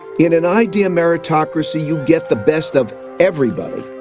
in an idea meritocracy, you get the best of everybody.